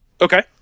Okay